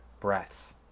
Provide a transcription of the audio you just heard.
breaths